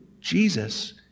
Jesus